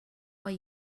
why